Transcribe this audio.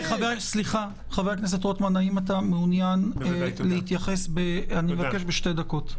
חבר הכנסת רוטמן, אני מבקש בשתי דקות.